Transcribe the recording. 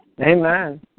Amen